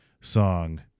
Song